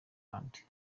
valentin